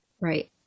Right